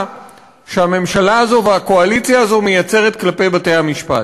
שהממשלה הזאת והקואליציה הזאת מייצרות כלפי בתי-המשפט.